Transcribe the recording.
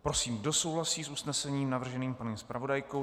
Prosím, kdo souhlasí s usnesením navrženým paní zpravodajkou?